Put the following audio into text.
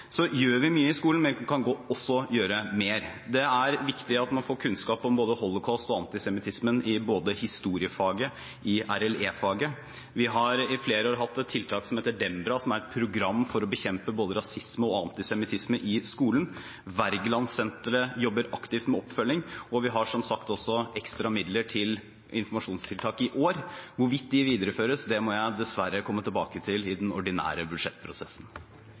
Så gjør vi mye i skolen, men vi kan gjøre mer. Det er viktig at man får kunnskap om både Holocaust og antisemittismen – i historiefaget og i RLE-faget. Vi har i flere år hatt et tiltak som heter Dembra, som er et program for å bekjempe både rasisme og antisemittisme i skolen. Wergelandsenteret jobber aktivt med oppfølging, og vi har som sagt også ekstra midler til informasjonstiltak i år. Hvorvidt de videreføres, må jeg dessverre komme tilbake til i den ordinære budsjettprosessen.